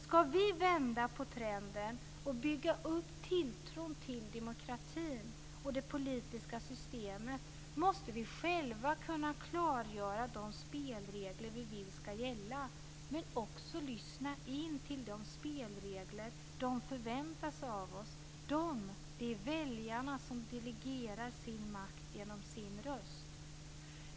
Skall vi vända på trenden och bygga upp tilltron till demokratin och det politiska systemet måste vi själva kunna klargöra de spelregler vi vill skall gälla men också lyssna till de spelregler som väljarna förväntar sig att vi skall följa. Det är väljarna som delegerar sin makt genom sin röst.